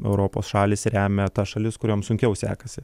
europos šalys remia tas šalis kurioms sunkiau sekasi